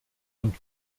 und